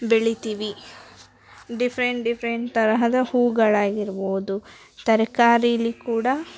ಬೆಳೀತೀವಿ different different ತರಹದ ಹೂಗಳಾಗಿರ್ಬೋದು ತರಕಾರಿಲಿ ಕೂಡ